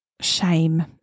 shame